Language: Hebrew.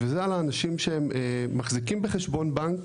וזה על האנשים שמחזיקים בחשבון בנק